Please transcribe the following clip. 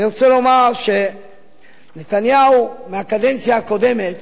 אני רוצה לומר שנתניהו בקדנציה הקודמת